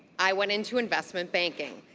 i went into investment banking.